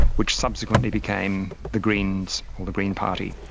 which subsequently became the greens or the green party.